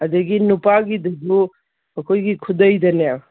ꯑꯗꯒꯤ ꯅꯨꯄꯥꯒꯤꯗꯁꯨ ꯑꯩꯈꯣꯏꯒꯤ ꯈꯨꯗꯩꯗꯅꯦ